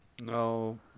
No